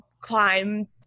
climb